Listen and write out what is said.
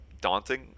daunting